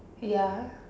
ya